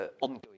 ongoing